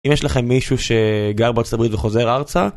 אם יש לכם מישהו שגר בארצות הברית וחוזר ארצה...